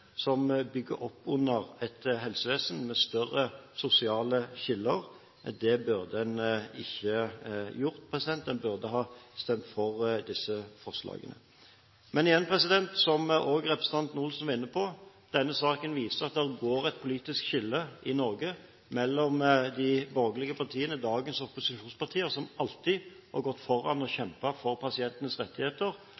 som bygger opp under et helsevesen med større sosiale skiller. Det burde en ikke gjøre. En burde stemme for disse forslagene. Men igjen, som også representanten Olsen var inne på: Denne saken viser at det går et politisk skille i Norge mellom de borgerlige partiene, dagens opposisjonspartier, som alltid har gått foran